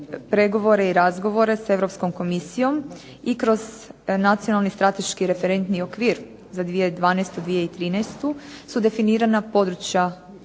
pregovore i razgovore s Europskom komisijom i kroz nacionalni strateški referentni okvir za 2012./2013. su definirana područja